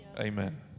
Amen